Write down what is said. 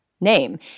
name